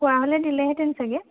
কোৱা হ'লে দিলেহেঁতেন চাগে